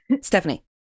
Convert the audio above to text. Stephanie